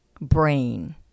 brain